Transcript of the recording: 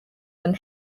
than